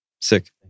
Sick